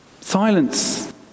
Silence